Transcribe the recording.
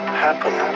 happen